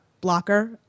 blocker